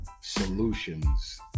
Solutions